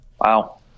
Wow